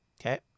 Okay